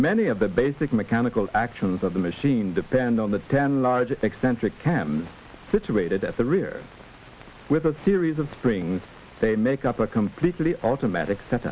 many of the basic mechanical actions of the machine depend on the ten large eccentric can situated at the rear with a series of springs they make up a completely automatic set